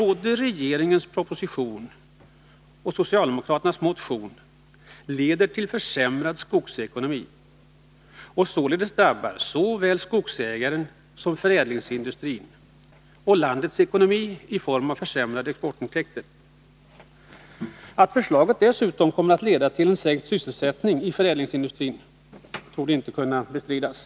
Både regeringens proposition och socialdemokraternas motion leder till försämrad skogsekonomi och drabbar således såväl skogsägaren och förädlingsindustrin som landets ekonomi i form av försämrade exportintäkter. Att förslaget dessutom kommer att leda till en Nr 48 sänkt sysselsättning i förädlingsindustrin torde inte kunna bestridas.